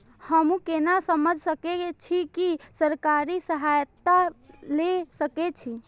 हमू केना समझ सके छी की सरकारी सहायता ले सके छी?